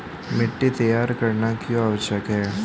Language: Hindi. मिट्टी तैयार करना क्यों आवश्यक है?